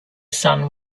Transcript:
sun